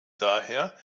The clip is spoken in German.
daher